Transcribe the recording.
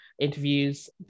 interviews